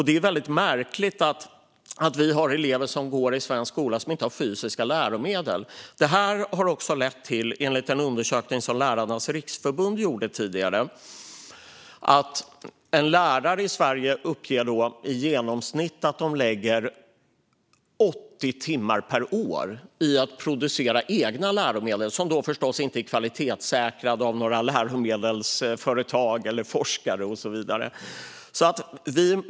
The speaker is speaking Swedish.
Det är mycket märkligt att elever i svensk skola inte har tillgång till fysiska läromedel. Enligt en undersökning som Lärarnas Riksförbund gjort tidigare har detta lett till att en lärare i Sverige lägger i genomsnitt 80 timmar per år på att producera egna läromedel. De är förstås inte kvalitetssäkrade av några läromedelsföretag eller forskare och så vidare.